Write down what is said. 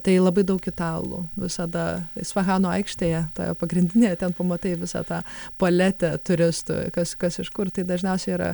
tai labai daug italų visada spahano aikštėje toje pagrindinėje ten pamatai visą tą paletę turistų kas kas iš kur tai dažniausiai yra